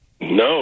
No